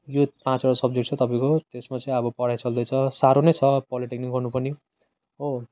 यो पाँचवटा सब्जेक्ट छ तपाईँको त्यसमा चाहिँ अब पढाइ चल्दैछ साह्रो नै छ पोलिटेक्निक गर्नु पनि हो